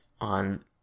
on